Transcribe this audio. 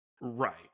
right